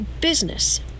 business